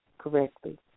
Correctly